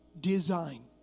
design